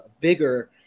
bigger